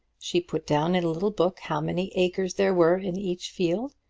she put down in a little book how many acres there were in each field,